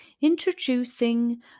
Introducing